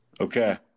Okay